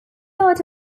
out